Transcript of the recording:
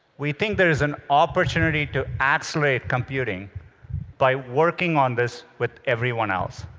we think there's an opportunity to accelerate computing by working on this with everyone else.